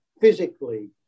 physically